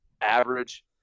average